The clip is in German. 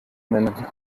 nennen